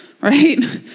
right